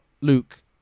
Luke